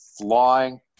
flying